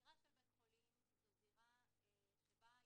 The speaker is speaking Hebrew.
זאת אומרת,